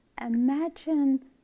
Imagine